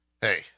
hey